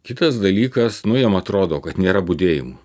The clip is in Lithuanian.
kitas dalykas nu jiem atrodo kad nėra budėjimų